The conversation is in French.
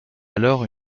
alors